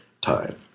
time